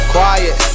Quiet